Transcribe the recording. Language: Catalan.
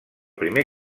primer